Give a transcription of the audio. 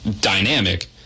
dynamic